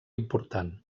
important